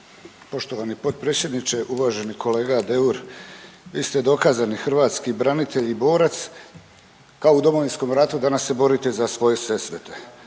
Poštovani potpredsjedniče, uvaženi kolega Deur. Vi ste dokazani hrvatski branitelj i borac, kao u Domovinskom ratu, danas se borite za svoje Sesvete.